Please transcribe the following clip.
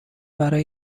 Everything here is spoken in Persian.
برای